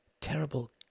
terrible